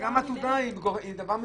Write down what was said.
--- וגם עתודה היא דבר מקצועי.